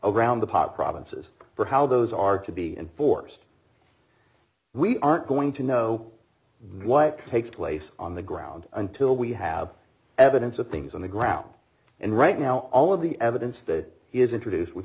around the pot provinces for how those are to be enforced we aren't going to know what takes place on the ground until we have evidence of things on the ground and right now all of the evidence that is introduced with